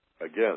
again